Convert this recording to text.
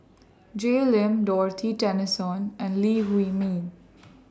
Jay Lim Dorothy Tessensohn and Lee Huei Min